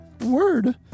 Word